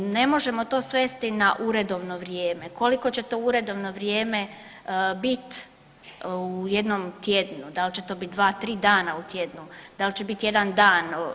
Ne možemo to svesti na uredovno vrijeme, koliko će to uredovno vrijeme bit u jednom tjednu, dal će to bit 2-3 dana u tjednu, dal će bit jedan dan.